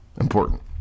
important